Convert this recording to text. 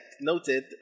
Noted